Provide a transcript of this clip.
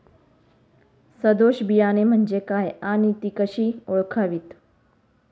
सदोष बियाणे म्हणजे काय आणि ती कशी ओळखावीत?